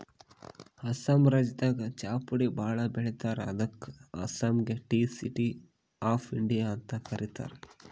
ಅಸ್ಸಾಂ ರಾಜ್ಯದಾಗ್ ಚಾಪುಡಿ ಭಾಳ್ ಬೆಳಿತಾರ್ ಅದಕ್ಕ್ ಅಸ್ಸಾಂಗ್ ಟೀ ಸಿಟಿ ಆಫ್ ಇಂಡಿಯಾ ಅಂತ್ ಕರಿತಾರ್